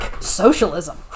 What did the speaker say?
socialism